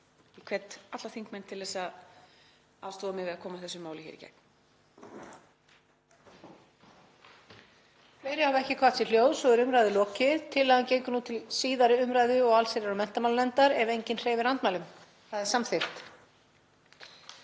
Ég hvet alla þingmenn til að aðstoðað mig við að koma þessu máli hér í gegn.